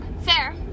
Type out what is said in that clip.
Fair